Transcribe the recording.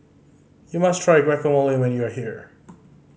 you must try Guacamole when you are here